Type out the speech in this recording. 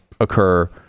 occur